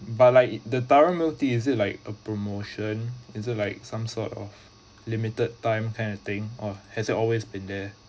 but like the taro milk tea is it like a promotion is it like some sort of limited time kind of thing or has it always been there